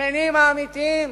השמנים האמיתיים